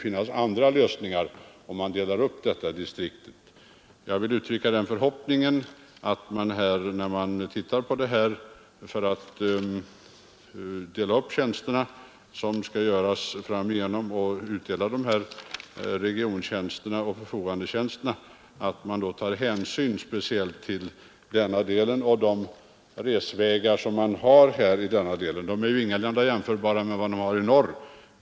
Jag vill uttrycka den förhoppningen att man vid fördelningen av dessa regionoch förfogandetjänster tar speciell hänsyn till de långa resvägarna i denna del av landet. De är ju ingalunda jämförbara med dem i norr.